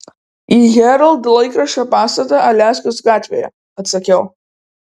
į herald laikraščio pastatą aliaskos gatvėje atsakiau